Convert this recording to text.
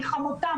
מחמותה,